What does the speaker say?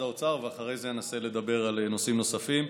האוצר ואחרי זה אנסה לדבר על נושאים נוספים.